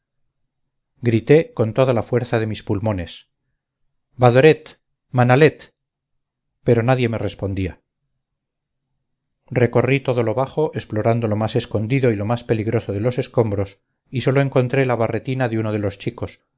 grité con toda la fuerza de mis pulmones badoret manalet pero nadie me respondía recorrí todo lo bajo explorando lo más escondido y lo más peligroso de los escombros y sólo encontré la barretina de uno de los chicos